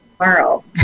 tomorrow